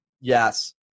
Yes